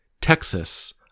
Texas